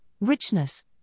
Richness